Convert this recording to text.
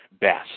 best